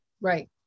right